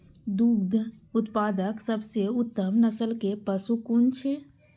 दुग्ध उत्पादक सबसे उत्तम नस्ल के पशु कुन छै?